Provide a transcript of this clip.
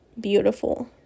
beautiful